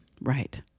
right